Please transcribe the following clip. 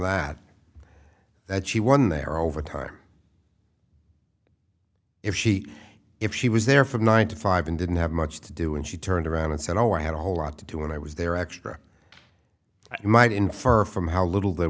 that that she won their overtime if she if she was there from nine to five and didn't have much to do when she turned around and said oh i had a whole lot to do when i was there extra i might infer from how little that